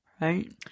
Right